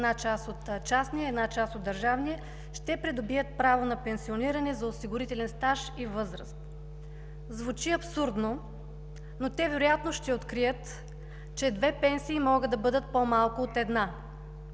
една част от частния, една част от държавния, ще придобият право на пенсиониране за осигурителен стаж и възраст. Звучи абсурдно, но те вероятно ще открият, че две пенсии могат да бъдат по-малко от една.